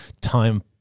time